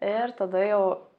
ir tada jau